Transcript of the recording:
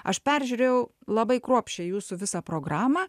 aš peržiūrėjau labai kruopščiai jūsų visą programą